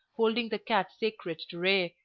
holding the cat sacred to re,